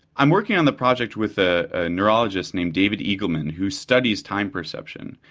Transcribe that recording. i'm working on the project with a neurologist named david eagleman who studies time perception,